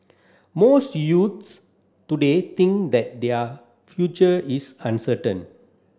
most youths today think that their future is uncertain